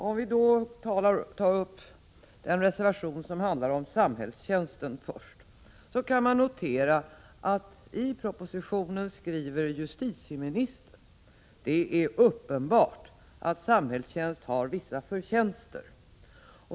Om vi tar upp den reservation som handlar om samhällstjänst först, kan man notera att i propositionen skriver justitieministern att: ”det är uppenbart att samhällstjänst har vissa förtjänster”.